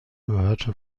gehörte